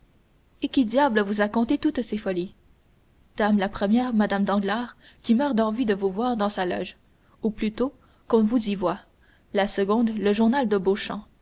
et qui diable vous a conté toutes ces folies dame la première mme danglars qui meurt d'envie de vous voir dans sa loge ou plutôt qu'on vous y voie la seconde le journal de